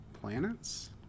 Planets